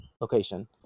location